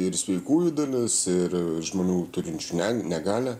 ir sveikųjų dalis ir žmonių turinčių negalią